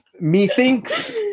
methinks